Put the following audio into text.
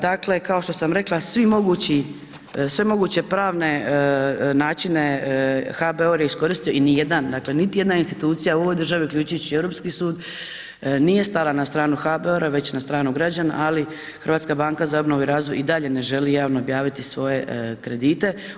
Dakle, kao što sam rekla na sve moguće pravne načine HBOR je iskoristio i ni jedan, dakle niti jedna institucija u ovoj državi uključujući europski sud nije stala na stranu HBOR-a već na stranu građana ali Hrvatska banka za obnovu i razvoj i dalje ne želi javno objaviti svoje kredite.